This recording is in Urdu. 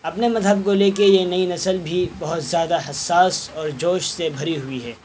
اپنے مذہب کو لے کے یہ نئی نسل بھی بہت زیادہ حساس اور جوش سے بھری ہوئی ہے